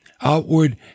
outward